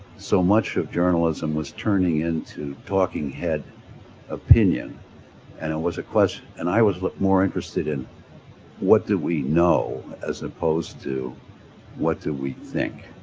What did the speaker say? so much of journalism was turning into talking head opinion and it was a ques, and i was more interested in what do we know as opposed to what do we think?